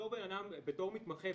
בתור מתמחה,